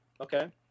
Okay